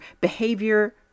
behavior